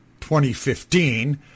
2015